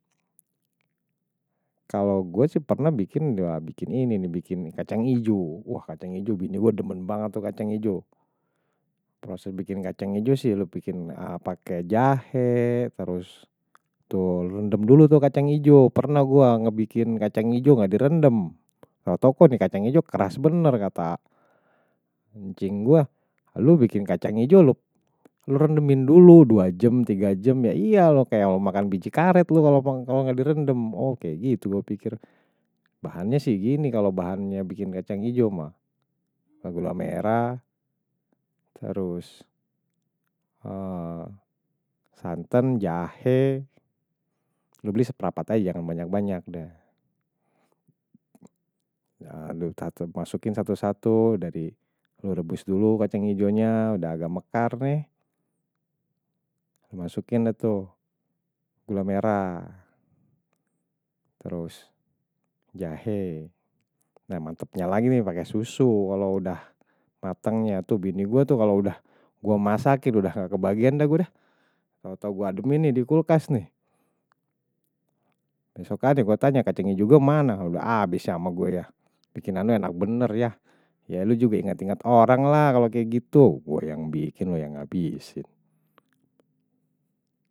Kalau gue sih pernah bikin, bikin ini kacang hijau, wah kacang hijau, bini gue demen banget tuh kacang hijau. Proses bikin kacang hijau sih, lo bikin pakai jahe, terus lo rendem dulu tuh kacang hijau. Pernah gue bikin kacang hijau, gak direndem. Kalo tau kok nih kacang hijau keras bener kata ncing gue. Lo bikin kacang hijau, lo rendemin dulu, 2 jam, 3 jam. Ya iyalo, kayak lo makan biji karet lo kalo gak direndem, oh kayak gitu gue pikir. Bahannya sih gini, kalo bahannya bikin kacang hijau mah. Gula merah, terus santan, jahe. Lo beli seprapat aja, jangan banyak-banyak deh. Lo masukin satu-satu, udah lo rebus dulu kacang hijau nya, udah agak mekar nih. Lo masukin tuh gula merah, terus jahe. Nah mantepnya lagi nih, pake susu kalo udah matangnya. Tuh bini gue tuh kalo udah gue masakin udah gak kebagiaan dah gue deh. Kalo tau gue ademin nih di kulkas nih. Besok aja gue tanya, kacang hijau mana kalo udah habis sama gue ya. Bikinan lo enak bener ya. Ya lo juga inget-inget orang lah kalo kayak gitu, gue yang bikin lo yang ngabisin.